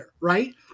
right